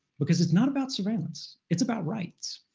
because it's not about surveillance, it's about rights.